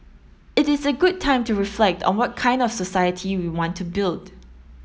it is a good time to reflect on what kind of society we want to build